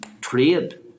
trade